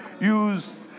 Use